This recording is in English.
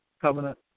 Covenant